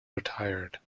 retired